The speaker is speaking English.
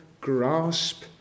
grasp